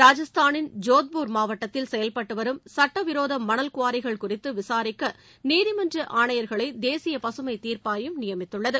ராஜஸ்தானில் ஜோத்பூர் மாவட்டத்தில் செயல்பட்டு வரும் சுட்ட விரோத மணல் குவாரிகள் குறித்து விசுரிக்க நீதிமன்ற ஆணையர்களை தேசிய பசுமைத் தீர்ப்பாயம் நியமித்துள்ளது